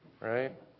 right